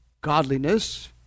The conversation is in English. godliness